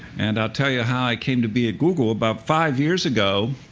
and i'll tell you how i came to be at google. about five years ago,